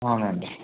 అవునా అండి